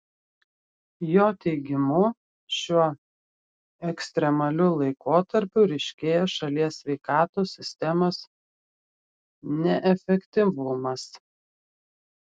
jo teigimu šiuo ekstremaliu laikotarpiu ryškėja šalies sveikatos sistemos neefektyvumas